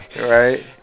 right